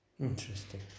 Interesting